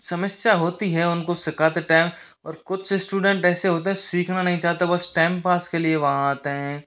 समस्या होती है उनको सिखाते टाइम और कुछ स्टूडेंट ऐसे होते हैं सीखना नहीं चाहते बस टाइम पास के लिए वहाँ आते हैं